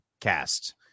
cast